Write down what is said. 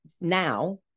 now